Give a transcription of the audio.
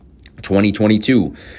2022